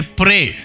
pray